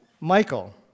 Michael